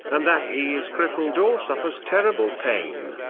and that he is crippled or suffers terrible pain.